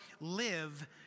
live